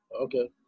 Okay